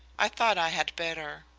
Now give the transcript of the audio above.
i thought i had better.